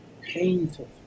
painful